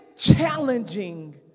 challenging